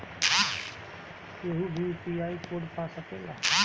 केहू भी UPI code पा सकेला?